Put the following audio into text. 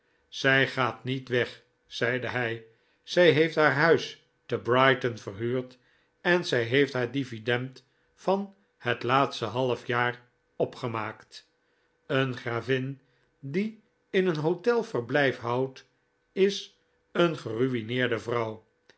zij gaat niet weg zeide hij zij heeft haar huis te brighton verhuurd en zij heeft haar dividend van het laatste half jaar opgemaakt een gravin die in een hotel verblijf houdt is een geru'meerde